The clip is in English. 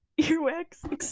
earwax